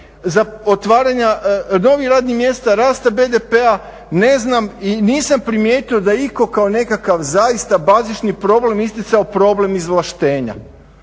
za otvaranja novih radnih mjesta, rasta BDP-a ne znam i nisam primijetio da iko kao nekakav zaista bazični problem isticao problem izvlaštenja.